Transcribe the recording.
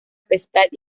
pescar